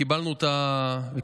קיבלנו את המסר,